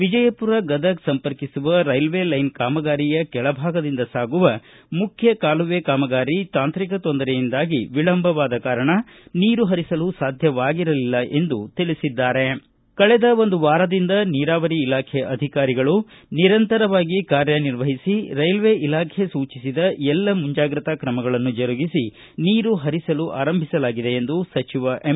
ವಿಜಯಪುರ ಗದಗ ಸಂಪರ್ಕಿಸುವ railway line ಕಾಮಗಾರಿಯ ಕೆಳಭಾಗದಿಂದ ಸಾಗುವ ಮುಖ್ಯ ಕಾಲುವೆ ಕಾಮಗಾರಿ ತಾಂತ್ರಿಕ ತೊಂದರೆಯಿಂದಾಗಿ ವಿಳಂಬವಾದ ಕಾರಣ ನೀರು ಹರಿಸಲು ಸಾಧ್ಯವಾಗಿರಲಿಲ್ಲ ಎಂದು ತಿಳಿಸಿದ್ದಾರೆ ಕಳೆದ ಒಂದು ವಾರದಿಂದ ನೀರಾವರಿ ಇಲಾಖೆ ಅಧಿಕಾರಿಗಳು ನಿರಂತರವಾಗಿ ಕಾರ್ಯ ನಿರ್ವಹಿಸಿ ರೈಲ್ವೇ ಇಲಾಖೆ ಸೂಚಿಸಿದ ಎಲ್ಲ ಮುಂಜಾಗ್ರತಾ ಕ್ರಮಗಳನ್ನು ಜರುಗಿಸಿ ನೀರು ಪರಿಸಲು ಆರಂಭಿಸಲಾಗಿದೆ ಎಂದು ಸಚಿವ ಎಂ